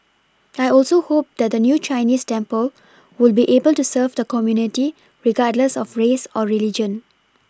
I also hope that the new Chinese temple will be able to serve the community regardless of race or religion